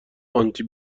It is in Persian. آنتی